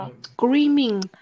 Screaming